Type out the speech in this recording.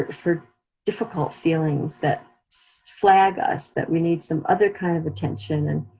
ah for difficult feelings that flag us that we need some other kind of attention, and